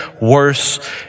worse